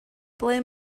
ble